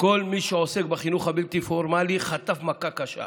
כל מי שעוסק בחינוך הבלתי-פורמלי חטף מכה קשה.